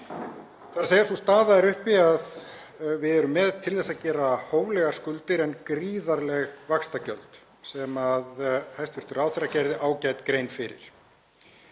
Sú staða er uppi að við erum með til þess að gera hóflegar skuldir en gríðarleg vaxtagjöld sem hæstv. ráðherra gerði ágæta grein fyrir.